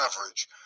average